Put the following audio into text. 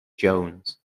jones